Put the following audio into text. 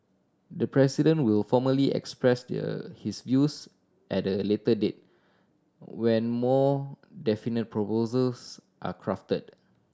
the President will formally express their his views at a later date when more definite proposals are crafted